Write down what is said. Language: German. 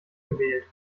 gewählt